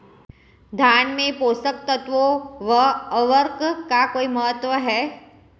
धान में पोषक तत्वों व उर्वरक का कोई महत्व है?